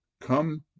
Come